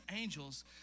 angels